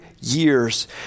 years